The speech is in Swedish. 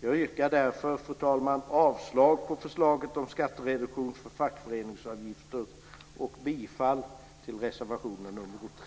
Därför, fru talman, yrkar jag avslag på förslaget om skattereduktion för fackföreningsavgifter och bifall till reservation nr 3.